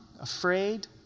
afraid